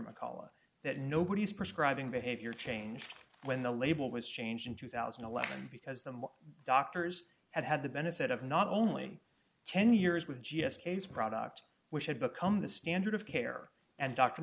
mccollough that nobody's prescribing behavior changed when the label was changed in two thousand and eleven because the doctors had had the benefit of not only ten years with g s case product which had become the standard of care and dr